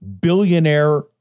billionaire